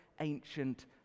ancient